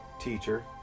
teacher